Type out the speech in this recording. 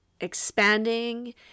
expanding